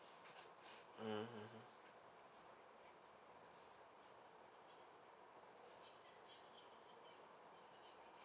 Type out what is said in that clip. mmhmm mmhmm